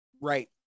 Right